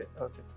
okay